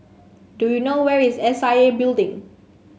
do you know where is S I A Building